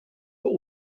but